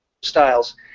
styles